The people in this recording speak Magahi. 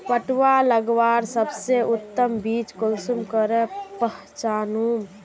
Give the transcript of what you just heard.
पटुआ लगवार सबसे उत्तम बीज कुंसम करे पहचानूम?